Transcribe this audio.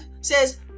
says